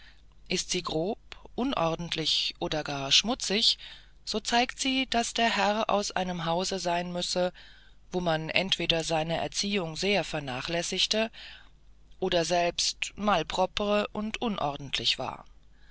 ist sie grob unordentlich oder gar schmutzig so zeigt sie daß der herr aus einem hause sein müsse wo man entweder seine erziehung sehr vernachlässigte oder selbst malpropre und unordentlich war